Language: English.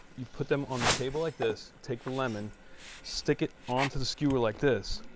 you put them on the table like this. take the lemon stick it on to the skewers like this